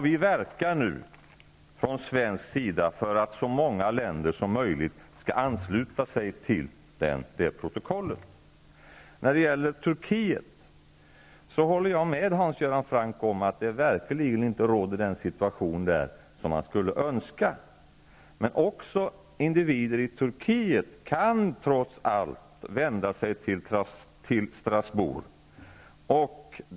Vi verkar nu från svensk sida för att så många länder som möjligt skall ansluta sig till det protokollet. Jag håller helt med Hans Göran Franck om att det i Turkiet verkligen inte råder den situation som man skulle önska. Men även individer i Turkiet kan trots allt vända sig till Strasbourg.